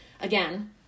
again